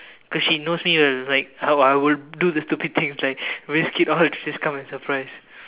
cause she knows me like how I will do the stupid things like risk it all just to come and surprise